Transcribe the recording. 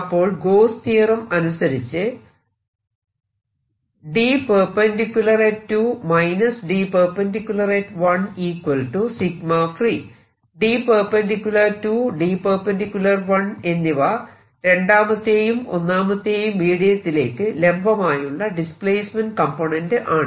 അപ്പോൾ Gauss theorem Gauss's theorem അനുസരിച്ച് D⟂2 D⟂1 എന്നിവ രണ്ടാമത്തെയും ഒന്നാമത്തെയും മീഡിയത്തിലേക്ക് ലംബമായുള്ള ഡിസ്പ്ലേസ്മെന്റ് കംപോണന്റ് ആണ്